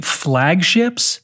flagships